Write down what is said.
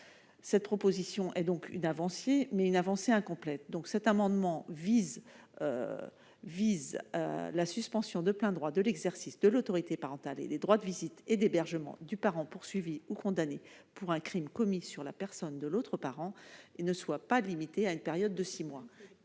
Cette proposition de loi est donc une avancée, mais une avancée incomplète. C'est pourquoi cet amendement vise à faire en sorte que la suspension de plein droit de l'exercice de l'autorité parentale et les droits de visite et d'hébergement du parent poursuivi ou condamné pour un crime commis sur la personne de l'autre parent ne soient pas limités à une période de six mois.